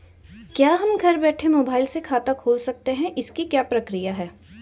क्या हम घर बैठे मोबाइल से खाता खोल सकते हैं इसकी क्या प्रक्रिया है?